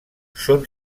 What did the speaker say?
són